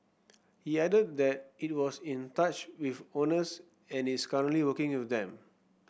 he added that it was in touch with owners and is currently working with them